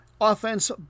offense